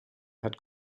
had